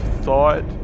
thought